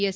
S